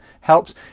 helps